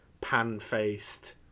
pan-faced